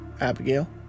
Abigail